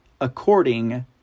according